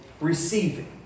receiving